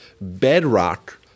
bedrock